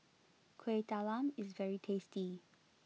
Kueh Talam is very tasty